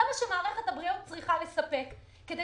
זה מה שמערכת הבריאות צריכה לספק כדי